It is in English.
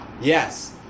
Yes